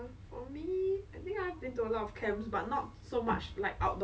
but I felt like it was the worst camp for me cause I don't know it was just ugh